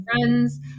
friends